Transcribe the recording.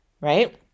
right